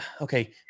okay